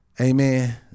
amen